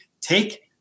take